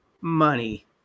money